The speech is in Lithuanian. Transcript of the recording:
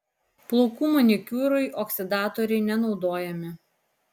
plaukų manikiūrui oksidatoriai nenaudojami